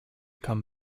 come